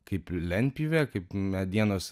kaip lentpjūvė kaip medienos